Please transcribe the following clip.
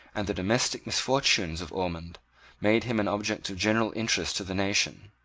and the domestic misfortunes of ormond made him an object of general interest to the nation.